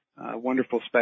wonderful